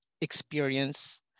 experience